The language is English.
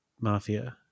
Mafia